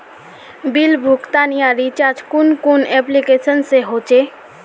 Bill का भुगतान या रिचार्ज कुन कुन एप्लिकेशन से होचे?